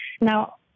Now